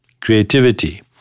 creativity